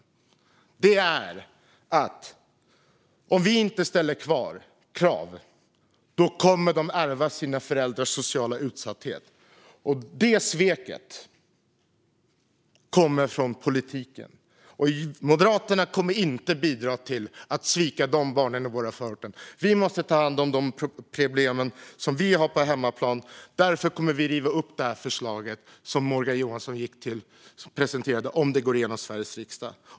Och en sak vet vi säkert: Om vi inte ställer krav kommer dessa barn att ärva sina föräldrars sociala utsatthet. Det sveket kommer från politiken. Moderaterna kommer inte att bidra till att svika barnen i våra förorter. Vi måste ta hand om de problem vi har på hemmaplan. Därför kommer vi att riva upp det förslag som Morgan Johansson presenterade om det går igenom i Sveriges riksdag.